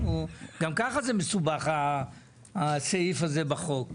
גם ככה הסעיף הזה בחוק מסובך.